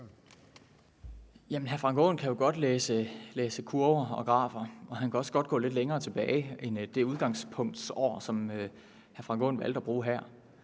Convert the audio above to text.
Jamen hr. Frank Aaen kan jo godt læse kurver og grafer, og han kan også godt gå lidt længere tilbage end til det år, som hr. Frank Aaen valgte at bruge som